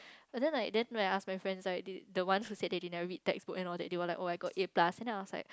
but then I then I ask my friend the one who said they didn't read textbook and all that they were like oh I got A plus then I was like